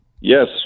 Yes